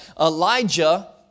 Elijah